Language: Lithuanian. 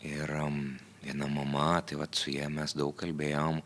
ir viena mama tai vat su ja mes daug kalbėjom